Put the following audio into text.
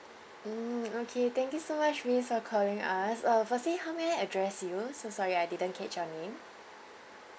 mm okay thank you much miss for calling us err firstly how may I address you so sorry I didn't catch your name